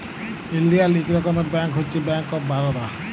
ইলডিয়াল ইক রকমের ব্যাংক হছে ব্যাংক অফ বারদা